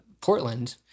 Portland